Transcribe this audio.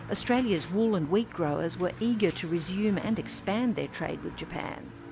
australia's wool and wheat growers were eager to resume and expand their trade with japan.